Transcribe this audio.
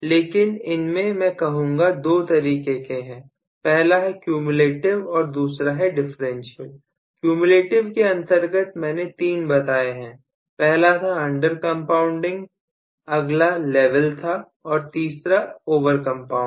लेकिन इनमें मैं कहूंगा दो तरीके के हैं पहला है कम्युलेटिव और दूसरा है डिफरेंशियल कम्युलेटिव के अंतर्गत मैंने तीन बताए थे पहला था अंडर कंपाउंडिंग अगला लेवल था और तीसरा ओवर कंपाउंड